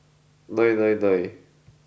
nine nine nine